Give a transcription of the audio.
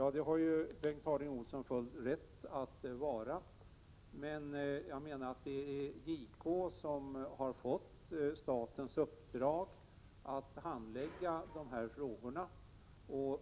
Det har ju Bengt Harding Olson rätt att vara. Men jag menar att det är JK som har fått statens uppdrag att handlägga dessa frågor.